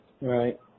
Right